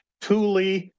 Thule